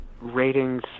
ratings